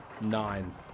Nine